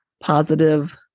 Positive